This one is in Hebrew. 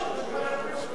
הצעת סיעת חד"ש